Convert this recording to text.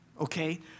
Okay